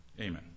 Amen